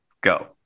Go